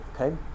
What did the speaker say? okay